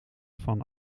van